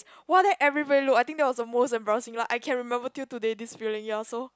what that every very look I think that was the most embarrassing lah I can remember till today this feeling ya also